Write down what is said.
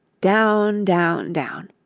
down, down, down.